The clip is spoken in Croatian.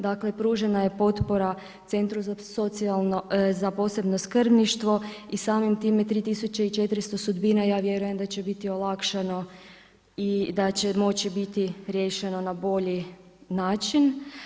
Dakle pružena je potpora Centru za posebno skrbništvo i samim time 3400 sudbina ja vjerujem da će biti olakšano i da će moći biti riješeno na bolji način.